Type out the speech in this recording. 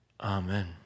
Amen